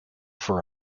for